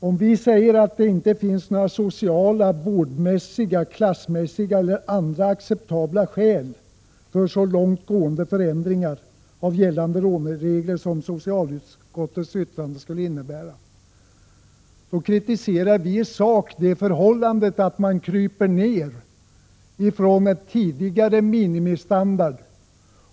Om vi säger att det inte finns några sociala, vårdmässiga, klassmässiga eller andra acceptabla skäl för så långt gående förändringar av gällande låneregler som socialutskottets yttrande skulle innebära, kritiserar vi i sak det förhållandet att man kryper ned ifrån tidigare minimistandard.